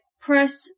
press